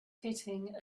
hitting